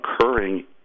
occurring